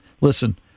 listen